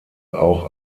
auch